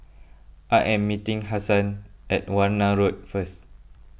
I am meeting Hassan at Warna Road first